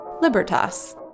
libertas